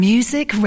Music